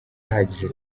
ahagije